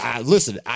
Listen